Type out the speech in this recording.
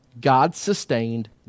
God-sustained